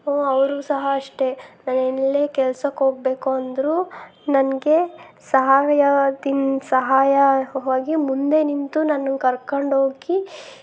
ಅವರೂ ಸಹ ಅಷ್ಟೇ ನಾನು ಎಲ್ಲೇ ಕೆಲ್ಸಕ್ಕೆ ಹೋಗಬೇಕು ಅಂದರೂ ನನಗೆ ಸಹಾಯದಿಂದ ಸಹಾಯ ಹೋಗಿ ಮುಂದೆ ನಿಂತು ನನ್ನನ್ನ ಕರ್ಕಂಡು ಹೋಗಿ